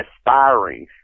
aspiring